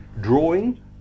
drawing